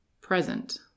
present